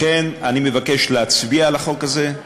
לכן אני מבקש להצביע על החוק הזה.